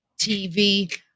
TV